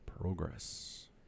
progress